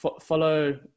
follow